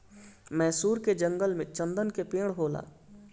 मैसूर के जंगल में चन्दन के पेड़ होला